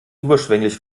überschwänglich